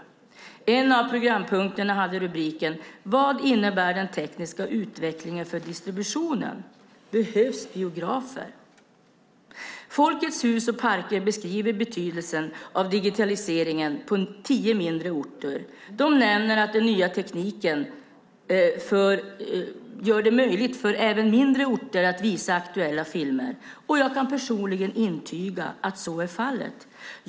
En av programpunkterna hade rubriken Vad innebär den tekniska utvecklingen för distributionen? Behövs biografer? Folkets Hus och Parker beskriver betydelsen av digitaliseringen på tio mindre orter. De nämner att den nya tekniken gör det möjligt även för mindre orter att visa aktuella filmer. Jag kan personligen intyga att så är fallet.